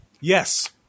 Yes